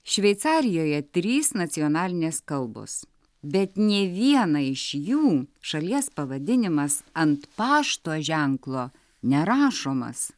šveicarijoje trys nacionalinės kalbos bet nė vienai iš jų šalies pavadinimas ant pašto ženklo nerašomas